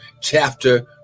chapter